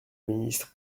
ministre